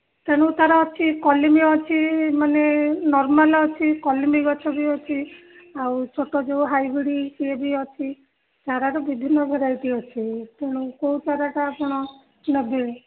ତେଣୁ ତାର ଅଛି କଲିମୀ ଅଛି ମାନେ ନର୍ମାଲ ଅଛି କଲିମୀ ଗଛ ବି ଅଛି ଆଉ ଛୋଟ ଯେଉଁ ହାଇବ୍ରିଡ଼୍ ଇଏ ବି ଅଛି ଚାରାର ବିଭିନ୍ନ ଭେରାଇଟି ଅଛି ତେଣୁ କେଉଁ ଚାରାଟା ଆପଣ ନେବେ